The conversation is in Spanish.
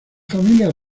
familias